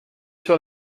sur